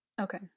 Okay